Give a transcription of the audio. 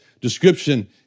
description